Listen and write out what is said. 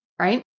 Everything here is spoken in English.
right